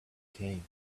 came